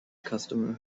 customer